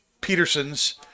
peterson's